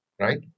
right